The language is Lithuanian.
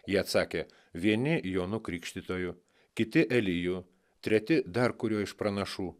jie atsakė vieni jonu krikštytoju kiti eliju treti dar kuriuo iš pranašų